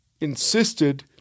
insisted